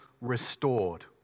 restored